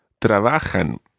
trabajan